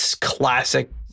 classic